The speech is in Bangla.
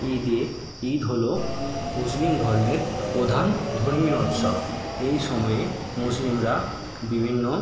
ঈদে ঈদ হলো মুসলিম ধর্মের প্রধান ধর্মীয় উৎসব এই সময়ে মুসলিমরা বিভিন্ন